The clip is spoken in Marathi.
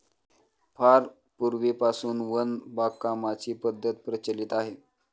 फार पूर्वीपासून वन बागकामाची पद्धत प्रचलित आहे